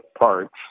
parts